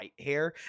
Whitehair